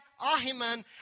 Ahiman